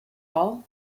all